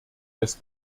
des